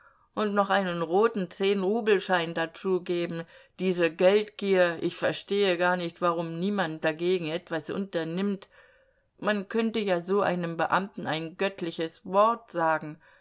und noch einen roten zehnrubelschein dazugeben diese geldgier ich verstehe gar nicht warum niemand dagegen etwas unternimmt man könnte ja so einem beamten ein göttliches wort sagen